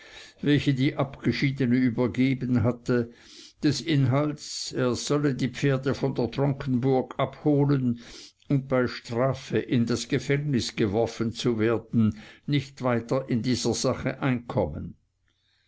welche die abgeschiedene übergeben hatte des inhalts er solle die pferde von der tronkenburg abholen und bei strafe in das gefängnis geworfen zu werden nicht weiter in dieser sache einkommen